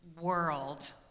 world